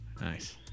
Nice